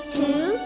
two